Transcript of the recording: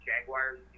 Jaguars